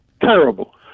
terrible